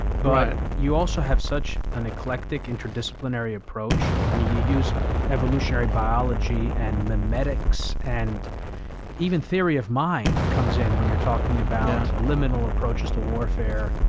but you also have such an eclectic interdisciplinary approach. i mean you use evolutionary biology and mimetics, and even theory of mind comes in when you're talking about liminal approaches to warfare.